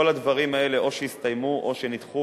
כל הדברים האלה או שהסתיימו או שנדחו,